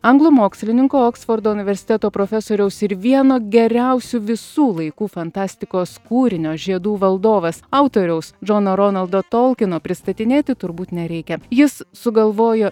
anglų mokslininko oksfordo universiteto profesoriaus ir vieno geriausių visų laikų fantastikos kūrinio žiedų valdovas autoriaus džono ronaldo tolkino pristatinėti turbūt nereikia jis sugalvojo